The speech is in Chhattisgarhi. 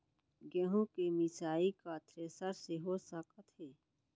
गेहूँ के मिसाई का थ्रेसर से हो सकत हे?